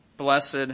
Blessed